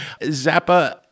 Zappa